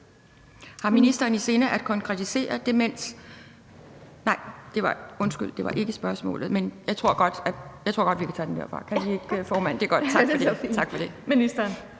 Har ministeren i sinde at konkretisere demens?